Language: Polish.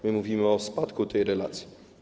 My mówimy o spadku tej relacji.